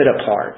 apart